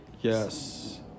Yes